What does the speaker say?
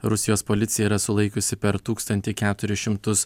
rusijos policija yra sulaikiusi per tūkstantį keturis šimtus